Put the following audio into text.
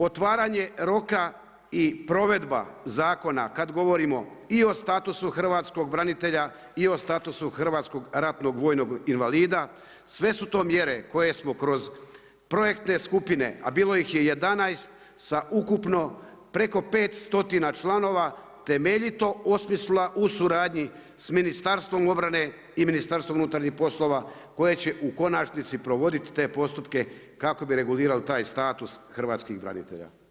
Otvaranje roka i provedba zakona kad govorimo i o statusu hrvatskog branitelja i o statusu hrvatskog ratnog vojnog invalida, sve su to mjere koje smo kroz projektne skupine a bilo ih je 11, sa ukupno preko 500 članova temeljito osmislila u suradnji s Ministarstvom obrane i Ministarstvom unutarnjih poslova koje će u konačnici provoditi te postupke kako bi regulirali taj status hrvatskih branitelja.